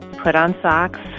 put on socks,